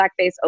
blackface